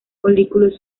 folículos